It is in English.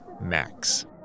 Max